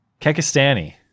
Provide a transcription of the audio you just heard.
Kekistani